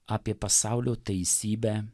apie pasaulio teisybę